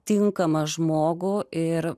tinkamą žmogų ir